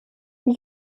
die